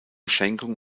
schenkung